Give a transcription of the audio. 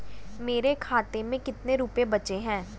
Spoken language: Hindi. मेरे खाते में कितने रुपये बचे हैं?